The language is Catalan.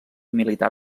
militar